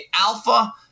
alpha